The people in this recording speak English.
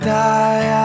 die